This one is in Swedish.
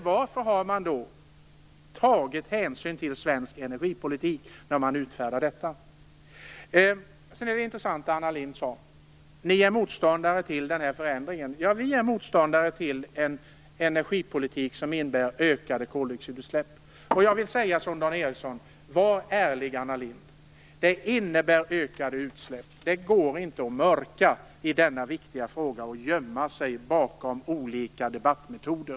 Varför har man tagit hänsyn till svensk energipolitik när man utfärdat detta? Det är intressant att Anna Lindh sade: Ni är motståndare till den här förändringen. Ja, vi är motståndare till en energipolitik som innebär ökade koldioxidutsläpp. Jag vill säga som Dan Eriksson: Var ärlig, Anna Lindh. Det innebär ökade utsläpp. Det går inte att mörka i denna viktiga fråga och gömma sig bakom olika debattmetoder.